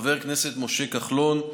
חבר הכנסת משה כחלון,